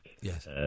Yes